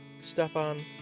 Stefan